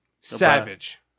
Savage